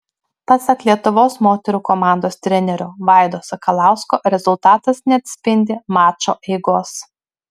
pasak lietuvos moterų komandos trenerio vaido sakalausko rezultatas neatspindi mačo eigos